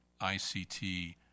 ICT